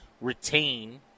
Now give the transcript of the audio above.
retain